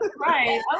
Right